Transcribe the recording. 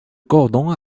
cordon